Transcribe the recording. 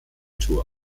tour